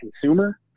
consumer